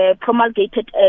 promulgated